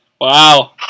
Wow